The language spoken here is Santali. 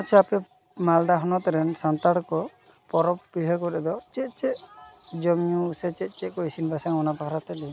ᱟᱪᱷᱟ ᱟᱯᱮ ᱢᱟᱞᱫᱟ ᱦᱚᱱᱚᱛᱨᱮᱱ ᱥᱟᱱᱛᱟᱲ ᱠᱚ ᱯᱚᱨᱚᱵᱽ ᱯᱤᱲᱦᱟᱹ ᱠᱚᱨᱮᱫᱚ ᱪᱮᱫ ᱪᱮᱫ ᱡᱚᱢᱼᱧᱩ ᱥᱮ ᱪᱮᱫ ᱪᱮᱫ ᱠᱚ ᱤᱥᱤᱱᱼᱵᱟᱥᱟᱝᱼᱟ ᱚᱱᱟ ᱵᱟᱠᱷᱨᱟᱛᱮ ᱞᱟᱹᱭ ᱢᱮ